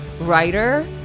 writer